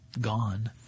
gone